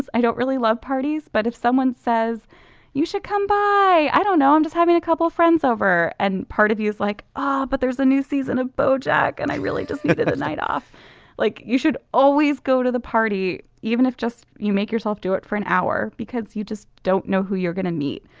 i don't really love parties. but if someone says you should come by i don't know i'm just having a couple friends over and part of you is like ah but there's a new season of bojack and i really just needed a night off like you should always go to the party even if just you make yourself do it for an hour because you just don't know who you're going to meet.